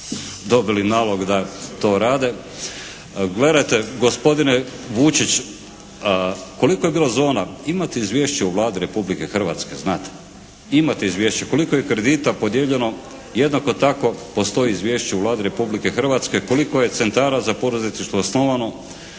dobili nalog da to rade. Gledajte gospodine Vučić, koliko je bilo zona imate izvješće u Vladi Republike Hrvatske znate, imate izvješće koliko je kredita podijeljeno, jednako tako postoji izvješće u Vladi Republike Hrvatske koliko je centara za poduzetništvo osnovano,